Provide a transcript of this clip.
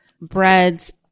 breads